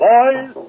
Boys